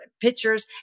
pictures